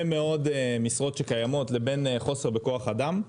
מאוד משרות שקיימות לבין חוסר בכוח אדם.